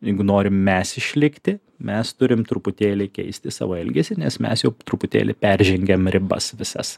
jeigu norim mes išlikti mes turim truputėlį keisti savo elgesį nes mes jau po truputėlį peržengiam ribas visas